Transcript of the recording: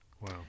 Wow